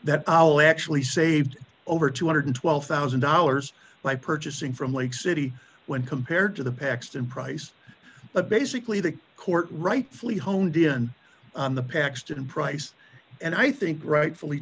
that actually saved over two hundred and twelve thousand dollars by purchasing from lake city when compared to the paxton price but basically the court rightfully honed in on the paxton price and i think rightfully